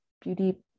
beauty